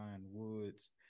Woods